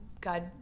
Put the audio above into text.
god